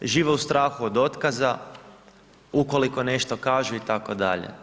Žive u strahu od otkaza ukoliko nešto kažu itd.